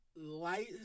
light